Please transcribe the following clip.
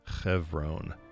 Chevron